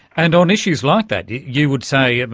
and on issues like that you would say, um